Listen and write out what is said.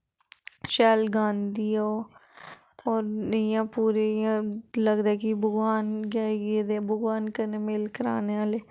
शैल गांदी ऐ ओह् इ'यां पूरी इ'यां लगदा की भगवान के आई गेदे ऐ भगवान कन्नै मेल कराने आहली